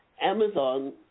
Amazon